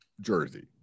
Jersey